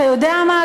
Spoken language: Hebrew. אתה יודע מה,